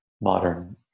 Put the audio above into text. modern